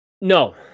no